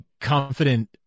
confident